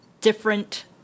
different